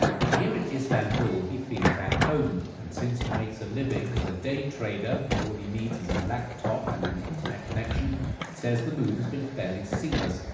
but here in istanbul he feels at home. and since he makes a living as a day trader and all he needs is a laptop and an internet connection, he says the move has been fairly seamless.